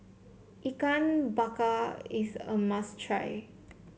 Ikan Bakar is a must try